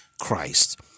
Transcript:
Christ